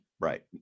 Right